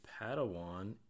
Padawan